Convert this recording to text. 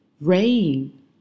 rain